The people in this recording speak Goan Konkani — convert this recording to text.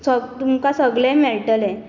सग तुमकां सगलें मेळटलें